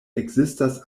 ekzistas